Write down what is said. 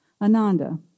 Ananda